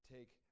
Take